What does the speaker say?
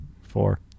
Four